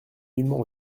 nullement